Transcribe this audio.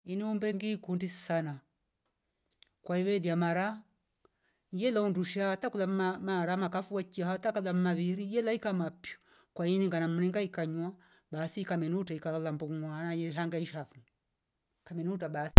Iniuo mbengi kundi sana kwaive liamara yelo ndusha hata kulam ma- ma- mara makafu wechia hata kaja mmaviri yelaika mapwi kwa ini ngana mringa ikanywa basi ikamenuta ikala mbongwa ye hangaishafo. Kamenuta basi